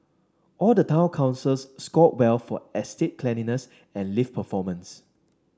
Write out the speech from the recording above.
all the town councils scored well for estate cleanliness and lift performance